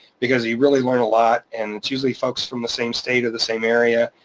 because you really learn a lot, and it's usually folks from the same state or the same area,